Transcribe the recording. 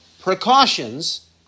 precautions